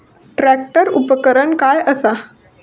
Tractor उपकरण काय असा?